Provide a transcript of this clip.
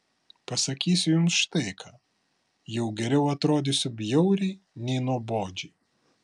pasakysiu jums štai ką jau geriau atrodysiu bjauriai nei nuobodžiai